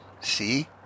See